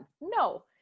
no